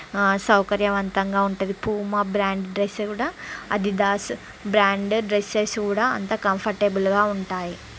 సౌకర్యవంతంగా ఉంటుంది Puma brand dress కూడా అడిడాస్ బ్రాండ్ డ్రెస్సెస్ కూడా అంత కంఫర్ట్బుల్గా ఉంటాయి